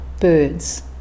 birds